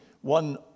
one